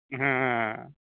ᱦᱮᱸ